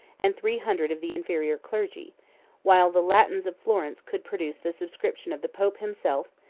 and three hundred of the inferior clergy while the latins of florence could produce the subscriptions of the pope himself,